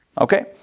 Okay